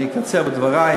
אני אקצר בדברי,